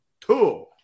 Two